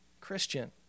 Christian